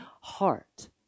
heart